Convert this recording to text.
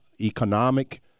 economic